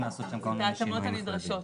לעשות שם כל מיני שינויים נדרשים.